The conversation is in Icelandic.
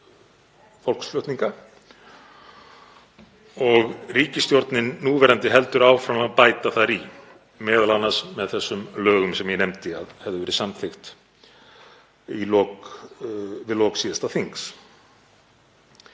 Ríkisstjórnin núverandi heldur áfram að bæta þar í, m.a. með þessum lögum sem ég nefndi að hefðu verið samþykkt við lok síðasta þings.